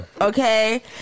okay